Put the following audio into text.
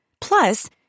Plus